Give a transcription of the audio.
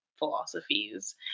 philosophies